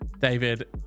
David